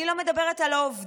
אני לא מדברת על העובדים,